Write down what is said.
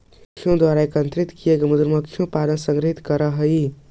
मधुमक्खियों द्वारा एकत्रित किए गए मधु को मधु पालक संग्रहित करअ हई